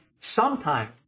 Sometime